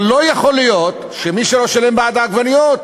אבל לא יכול להיות שמי שלא שילם בעד העגבניות,